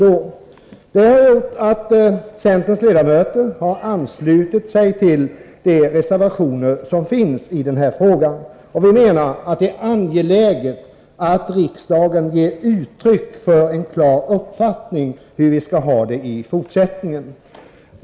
Detta har gjort att centerns ledamöter anslutit sig till de reservationer som finns i detta ärende. Vi menar att det är angeläget att riksdagen ger uttryck för en klar uppfattning om hur vi skall ha det i fortsättningen.